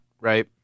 right